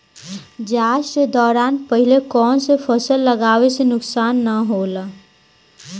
जाँच के दौरान पहिले कौन से फसल लगावे से नुकसान न होला?